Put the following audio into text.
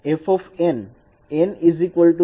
f n 0 1